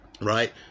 right